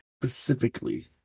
specifically